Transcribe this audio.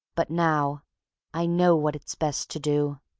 but now i know what it's best to do.